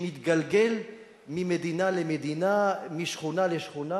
שמתגלגל ממדינה למדינה, משכונה לשכונה.